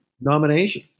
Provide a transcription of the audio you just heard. nomination